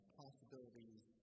possibilities